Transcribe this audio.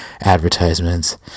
advertisements